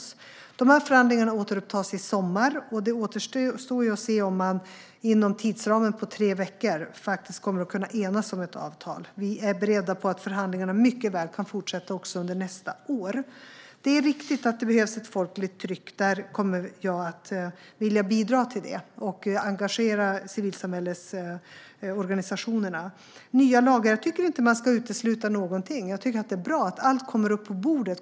Förhandlingarna återupptas i sommar, och det återstår att se om man inom tidsramen på tre veckor kommer att kunna enas om ett avtal. Vi är beredda på att förhandlingarna mycket väl kan fortsätta också under nästa år. Det är riktigt att det behövs ett folkligt tryck. Jag kommer att vilja bidra till det och till att engagera civilsamhällesorganisationerna. Behövs det nya lagar? Jag tycker inte att man ska utesluta någonting. Det är bra att allt kommer upp på bordet.